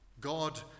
God